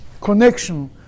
connection